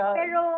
pero